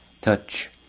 Touch